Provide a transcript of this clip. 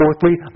fourthly